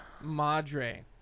Madre